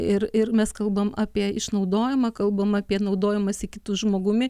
ir ir mes kalbam apie išnaudojimą kalbam apie naudojimąsi kitu žmogumi